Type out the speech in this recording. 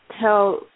tell